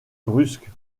brusque